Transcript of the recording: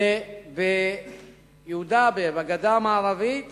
בגדה המערבית